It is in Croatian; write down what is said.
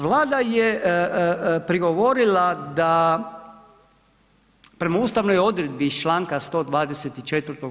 Vlada je prigovorila da prema ustavnoj odredbi iz čl. 124.